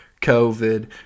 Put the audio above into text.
COVID